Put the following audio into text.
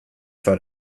för